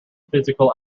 physical